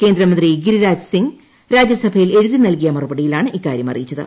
കേന്ദ്ര മന്ത്രി ഗിരിരാജ് സിംഗ് രാജ്യസഭയിൽ എഴുതി നൽകിയ മറുപടിയിലാണ് ഇക്കാര്യം അറിയിച്ചത്